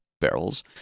barrels